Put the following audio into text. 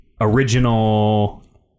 original